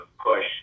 push